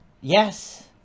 Yes